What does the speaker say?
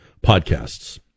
podcasts